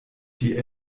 die